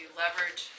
leverage